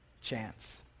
chance